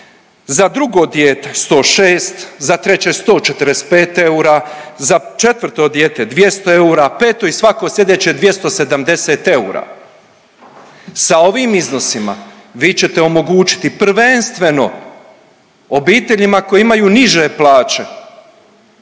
za drugo dijete 106, za treće 145 eura, za četvrto dijete 200, peto i svako sljedeće 270 eura. Sa ovim iznosima vi ćete omogućiti prvenstveno obiteljima koje imaju niže plaće